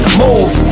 move